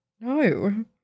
no